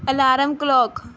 alarm clock